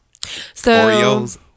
Oreos